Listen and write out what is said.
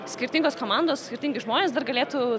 skirtingos komandos skirtingi žmonės dar galėtų